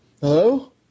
hello